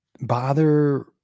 bother